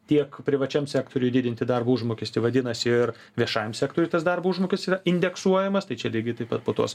tiek privačiam sektoriui didinti darbo užmokestį vadinasi ir viešajam sektoriui tas darbo užmokestis yra indeksuojamas tai čia lygiai taip pat po tos